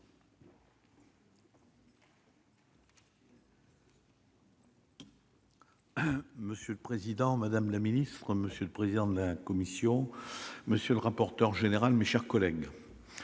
Monsieur le président, madame la secrétaire d'État, monsieur le président de la commission, monsieur le rapporteur général, mes chers collègues,